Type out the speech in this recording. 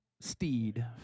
steed